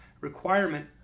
requirement